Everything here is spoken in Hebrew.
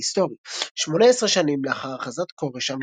רקע היסטורי שמונה עשרה שנים לאחר הכרזת כורש,